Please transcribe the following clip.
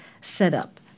setup